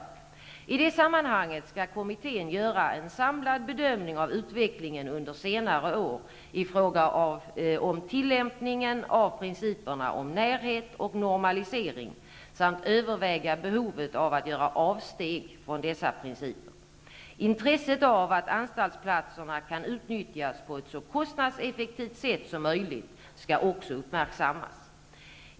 I det sammanhanget skall kommittén göra en samlad bedömning av utvecklingen under senare år i fråga om tillämpningen av principerna om närhet och normalisering samt överväga behoven av att göra avsteg från dessa principer. Intresset av att anstaltsplatserna kan utnyttjas på ett så kostnadseffektivt sätt som möjligt skall också uppmärksammas.